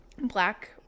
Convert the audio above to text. Black